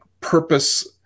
purpose